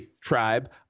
tribe